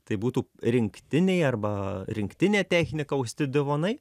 tai būtų rinktiniai arba rinktine technika austi divonai